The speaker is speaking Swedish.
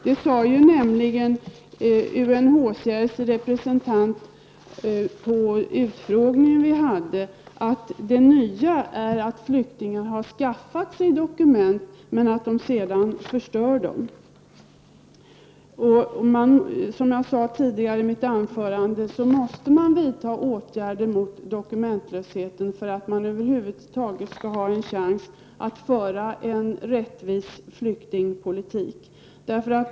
UNHCRSs representant sade vid en utfrågning som vi hade att det nya är att flyktingar har skaffat sig dokument men att de sedan förstör dessa. Som jag sade i mitt huvudanförande måste åtgärder vidtas mot dokument lösheten för att det över huvud taget skall finnas en chans att föra en rättvis flyktingpolitik.